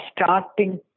starting